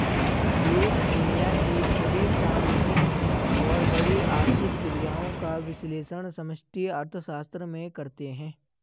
देश दुनिया की सभी सामूहिक और बड़ी आर्थिक क्रियाओं का विश्लेषण समष्टि अर्थशास्त्र में करते हैं